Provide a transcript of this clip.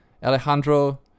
Alejandro